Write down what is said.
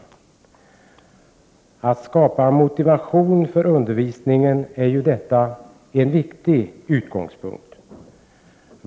För att skapa motivation för undervisningen är detta en mycket viktig utgångspunkt.